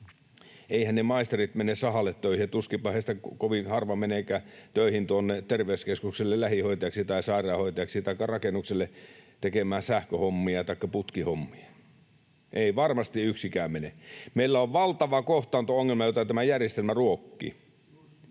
Eiväthän ne maisterit mene sahalle töihin, ja kovin harva heistä menee töihin tuonne terveyskeskukseen lähihoitajaksi tai sairaanhoitajaksi taikka rakennukselle tekemään sähköhommia taikka putkihommia. Ei varmasti yksikään mene. Meillä on valtava kohtaanto-ongelma, jota tämä järjestelmä ruokkii.